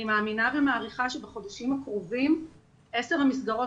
אני מאמינה ומעריכה שבחודשים הקרובים עשר המסגרות